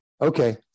okay